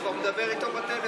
הוא כבר מדבר איתו בטלפון.